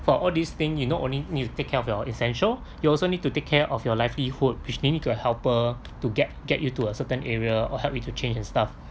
for all these thing you know only you take care of your essential you also need to take care of your livelihood which may need to have helper to get get you to a certain area or help you to change and stuff